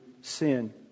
sin